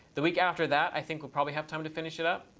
the week after that i think we'll probably have time to finish it up.